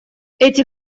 эти